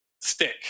stick